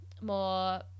more